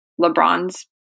LeBron's